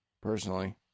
personally